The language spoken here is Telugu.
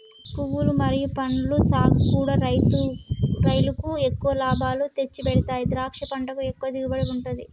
పువ్వులు మరియు పండ్ల సాగుకూడా రైలుకు ఎక్కువ లాభాలు తెచ్చిపెడతాయి ద్రాక్ష పంటకు ఎక్కువ దిగుబడి ఉంటది